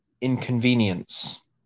inconvenience